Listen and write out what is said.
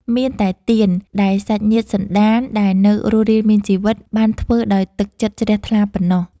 មានតែទាន ដែលសាច់ញាតិសន្តានដែលនៅរស់រានមានជីវិត បានធ្វើដោយទឹកចិត្តជ្រះថ្លាប៉ុណ្ណោះ។